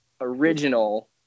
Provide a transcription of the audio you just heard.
original